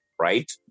right